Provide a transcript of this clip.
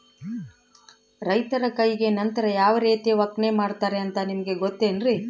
ರೈತರ ಕೈಗೆ ನಂತರ ಯಾವ ರೇತಿ ಒಕ್ಕಣೆ ಮಾಡ್ತಾರೆ ಅಂತ ನಿಮಗೆ ಗೊತ್ತೇನ್ರಿ?